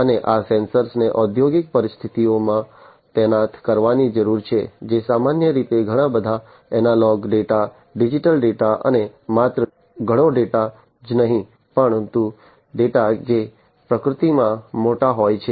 અને આ સેન્સર્સને ઔદ્યોગિક પરિસ્થિતિઓમાં તૈનાત કરવાની જરૂર છે જે સામાન્ય રીતે ઘણા બધા એનાલોગ ડેટા ડિજિટલ ડેટા અને માત્ર ઘણો ડેટા જ નહીં પરંતુ ડેટા જે પ્રકૃતિમાં મોટો હોય છે